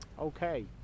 okay